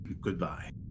Goodbye